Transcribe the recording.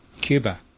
Cuba